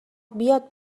بیاد